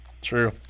True